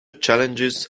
challenges